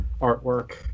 artwork